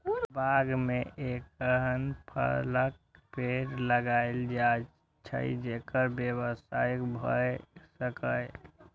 बाग मे एहन फलक पेड़ लगाएल जाए छै, जेकर व्यवसाय भए सकय